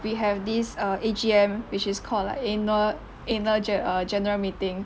we have this err A_G_M which is called like annual annual gen~ err general meeting